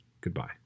Goodbye